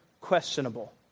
questionable